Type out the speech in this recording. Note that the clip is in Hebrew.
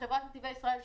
וחברת נתיבי ישראל,